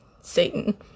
satan